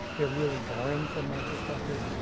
they're really boring from my perspective.